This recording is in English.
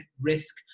risk